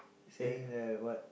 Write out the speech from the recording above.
staying at the what